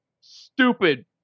stupid